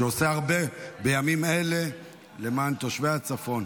כי הוא עושה הרבה בימים אלה למען תושבי הצפון.